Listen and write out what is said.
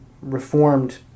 Reformed